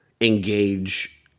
engage